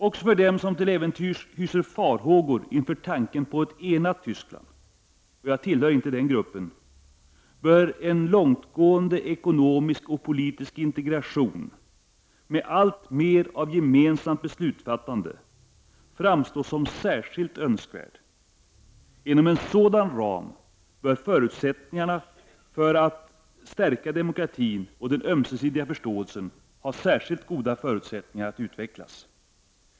Även för dem som till äventyrs hyser farhågor inför tanken på ett enat Tyskland — jag tillhör inte den gruppen — bör en långtgående ekonomisk och politisk integration med alltmer av gemensamt beslutsfattande framstå som särskilt önskvärd. Inom en sådan ram bör förutsättningarna för att stärka demokratin och den ömsesidiga förståelsen ha särskilt goda möjligheter att utvecklas.